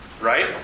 Right